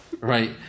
Right